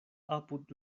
apud